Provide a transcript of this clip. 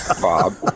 Bob